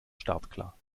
startklar